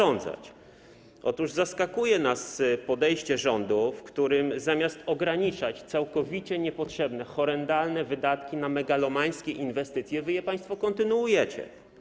Otóż zaskakuje nas podejście rządu, w którym zamiast ograniczać całkowicie niepotrzebne, horrendalne wydatki na megalomańskie inwestycje, wy je państwo kontynuujcie.